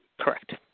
Correct